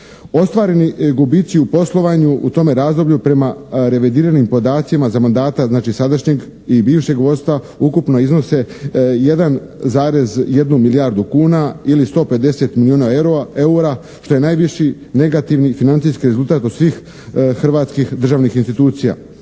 Ostvareni gubici u poslovanju u tome razdoblju prema revidiranim podacima za mandata znači sadašnjeg i bivšeg vodstva ukupno iznose 1,1 milijardu kuna ili 150 milijuna eura što je najviši negativni financijski rezultat od svih hrvatskih državnih institucija.